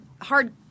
hard –